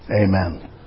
Amen